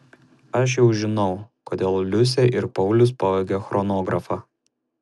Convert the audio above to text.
aš jau žinau kodėl liusė ir paulius pavogė chronografą